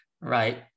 Right